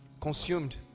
consumed